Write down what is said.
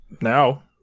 now